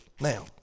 Now